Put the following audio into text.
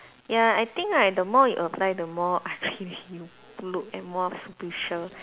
ya I think right the more you apply the more ugly you look and more superficial